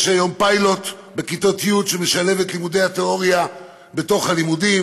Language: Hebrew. יש היום פיילוט בכיתות י' שמשלב את לימודי התיאוריה בתוך הלימודים.